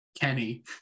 Kenny